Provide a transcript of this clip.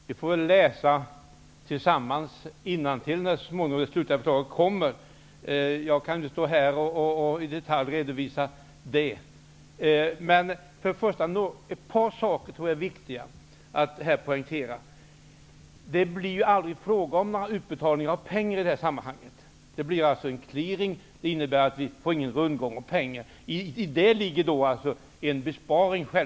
Herr talman! Vi får väl tillsammans läsa innantill när det slutliga förslaget kommer. Jag kan inte här i detalj redovisa det. Men jag tror att det är viktigt att här poängtera ett par saker. Det blir aldrig fråga om någon utbetalning av pengar i detta sammanhang, utan det blir en clearing. Det innebär att det inte blir någon rundgång av pengar. I det ligger självfallet en besparing.